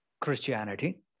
Christianity